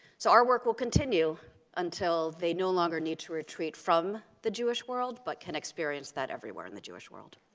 so our work will continue until they no longer need to retreat from the jewish world, but can experience that everywhere in the jewish world.